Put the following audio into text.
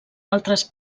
altres